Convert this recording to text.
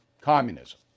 Communism